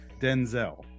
Denzel